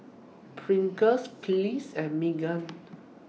Pringles Kiehl's and Megan